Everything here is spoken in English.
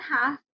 half